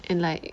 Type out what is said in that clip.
and like